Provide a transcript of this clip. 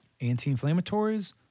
anti-inflammatories